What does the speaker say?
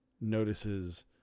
notices